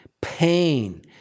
pain